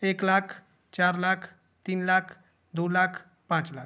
एक लाख चार लाख तीन लाख दो लाख पाँच लाख